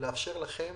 לאפשר לכם,